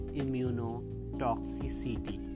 immunotoxicity